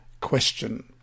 Question